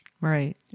Right